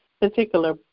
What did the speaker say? particular